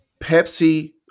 Pepsi